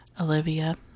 Olivia